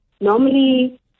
normally